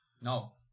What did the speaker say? No